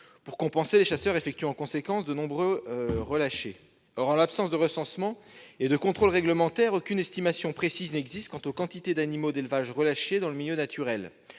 Pour compenser, les chasseurs effectuent en conséquence de nombreux relâchers. Or, en l'absence de recensement et de contrôle réglementaire, aucune estimation précise n'existe quant aux quantités d'animaux d'élevages relâchés dans le milieu naturel.